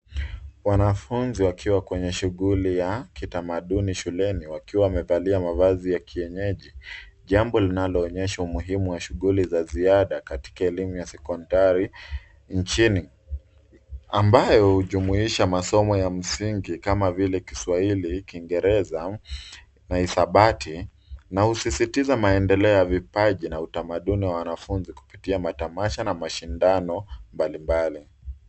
Wanafunzi wakiwa kwenye shughuli ya kitamaduni shuleni wakiwa wamevalia mavazi ya kienyeji, jambo linaloonyesha umuhimu wa shughuli za ziada katika elimu ya sekondari nchini. Ambayo hujumuisha masomo ya msingi kama vile kiswahili, kiingereza na hisabati, na husizitiza maendeleo ya vipaji na utamaduni wa wanafunzi kupitia matamasha na mashindano mbali mbali.